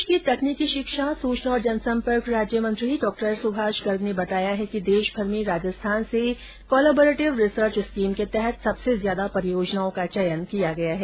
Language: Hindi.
प्रदेश के तकनीकी शिक्षा सूचना और जनसम्पर्क राज्य मंत्री डा सुभाष गर्ग बताया है कि देश भर में राजस्थान से कोलोबरेटिव रिसर्च स्कीम के तहत सबसे ज्यादा परियोजनाओं का चयन किया गया है